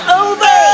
over